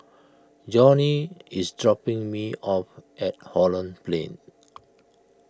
Johny is dropping me off at Holland Plain